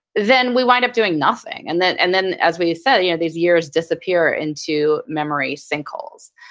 then we wind up doing nothing. and then and then as we said, yeah these years disappear into memory sinkholes.